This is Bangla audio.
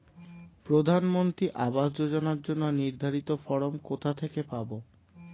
প্রধানমন্ত্রী আবাস যোজনার জন্য নির্ধারিত ফরম কোথা থেকে পাব?